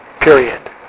Period